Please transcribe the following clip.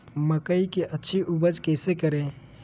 मकई की अच्छी उपज कैसे करे?